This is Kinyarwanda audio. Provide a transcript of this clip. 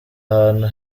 ahantu